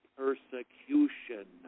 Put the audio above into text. persecution